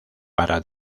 para